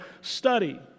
study